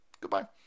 Goodbye